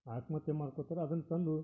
ಆತ್ಮಹತ್ಯೆ ಮಾಡ್ಕೊತಾರೆ ಅದನ್ನು ತಂದು